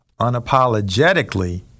unapologetically